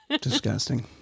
Disgusting